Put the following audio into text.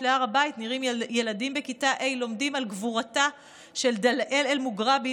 להר הבית נראים ילדים בכיתה ה' לומדים על גבורתה של דלאל אל-מוגרבי,